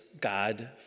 God